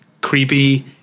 creepy